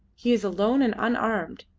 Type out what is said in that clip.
he is alone and unarmed,